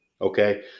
Okay